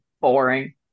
boring